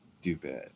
stupid